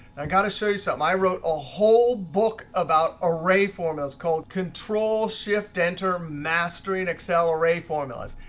i got to show you something. i wrote a whole book about array formulas called control, shift, enter mastery in excel array formulas.